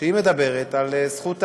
שמדברת על זכות העמידה.